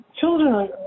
children